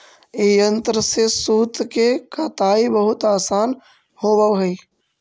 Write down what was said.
ई यन्त्र से सूत के कताई बहुत आसान होवऽ हई